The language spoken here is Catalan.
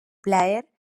plaer